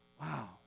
Wow